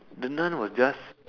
the nun was just